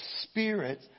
Spirit